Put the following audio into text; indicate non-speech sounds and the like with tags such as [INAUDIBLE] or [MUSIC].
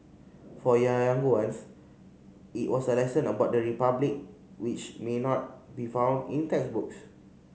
for [UNINTELLIGIBLE] younger ones it was a lesson about the Republic which may not be found in textbooks